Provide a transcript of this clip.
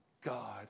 God